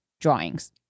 drawings